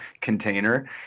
container